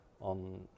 on